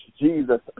Jesus